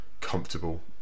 comfortable